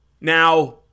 Now